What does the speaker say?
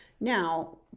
Now